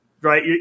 Right